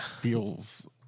feels